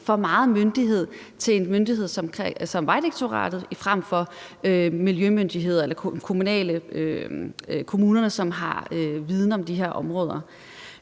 for meget myndighed til en myndighed som Vejdirektoratet frem for miljømyndigheder eller kommunerne, som har viden om de her områder.